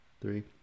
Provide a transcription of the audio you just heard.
three